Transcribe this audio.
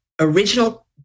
original